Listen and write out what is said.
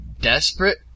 desperate